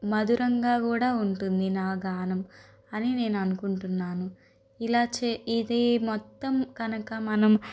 మధురంగా కూడా ఉంటుంది నా గానం అని నేను అనుకుంటున్నాను ఇలా చే ఇది మొత్తం కనుక మనం